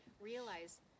realize